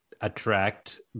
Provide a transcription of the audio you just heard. attract